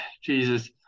Jesus